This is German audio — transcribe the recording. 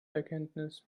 erkenntnis